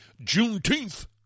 Juneteenth